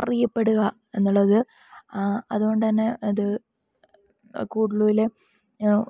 അറിയപ്പെടുക എന്നുള്ളത് അതുകൊണ്ടുതന്നെ അത് കൂഡ്ലൂല്